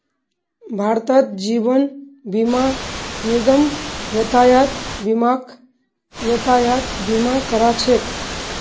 भारतत जीवन बीमा निगम यातायात बीमाक यातायात बीमा करा छेक